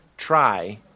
Try